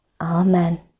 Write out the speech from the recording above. Amen